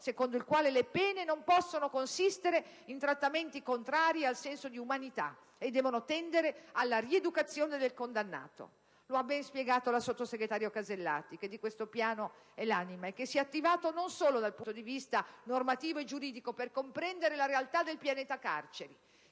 secondo il quale le pene non possono consistere in trattamenti contrari al senso di umanità e devono tendere alla rieducazione del condannato. Lo ha ben spiegato la sottosegretaria Casellati, che di questo piano è l'anima e che si è attivata, non solo dal punto di vista normativo e giuridico, per comprendere la realtà del pianeta carceri: